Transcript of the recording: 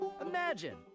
Imagine